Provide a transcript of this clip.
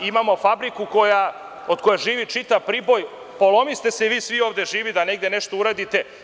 Imamo fabriku od koje živi čitav Priboj, polomiste se svi ovde živi da negde nešto uradite.